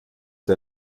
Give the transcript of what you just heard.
der